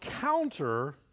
counter